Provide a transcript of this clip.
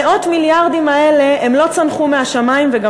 מאות המיליארדים האלה לא צנחו מהשמים וגם